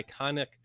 iconic